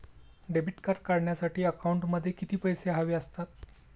Debit card काढण्यासाठी अकाउंटमध्ये किती पैसे हवे असतात?